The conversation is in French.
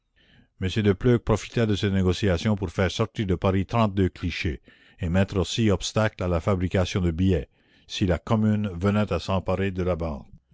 de pleuc profita de ces négociations pour faire sortir de paris trente-deux clichés et mettre aussi obstacle à la fabrication de billets si la commune venait à s'emparer de la